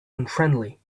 unfriendly